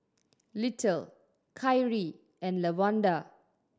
Little Kyrie and Lawanda